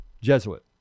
Jesuit